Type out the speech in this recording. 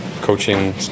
coaching